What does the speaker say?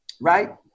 right